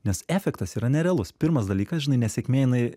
nes efektas yra nerealus pirmas dalykas žinai nesėkmė jinai